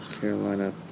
carolina